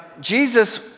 Jesus